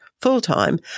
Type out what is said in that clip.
full-time